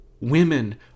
Women